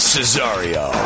Cesario